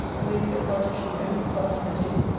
a wainscot partition only parting the two.